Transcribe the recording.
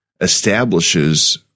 establishes